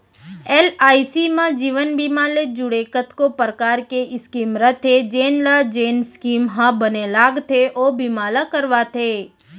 LIC म जीवन बीमा ले जुड़े कतको परकार के स्कीम रथे जेन ल जेन स्कीम ह बने लागथे ओ बीमा ल करवाथे